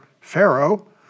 Pharaoh